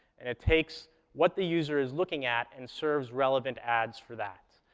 and it takes what the user is looking at and serves relevant ads for that.